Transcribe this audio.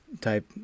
type